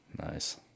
nice